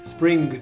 Spring